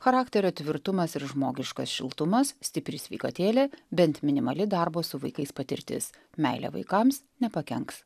charakterio tvirtumas ir žmogiškas šiltumas stipri sveikatėlė bent minimali darbo su vaikais patirtis meilė vaikams nepakenks